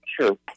Sure